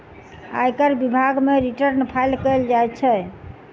आयकर विभाग मे रिटर्न फाइल कयल जाइत छै